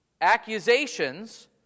accusations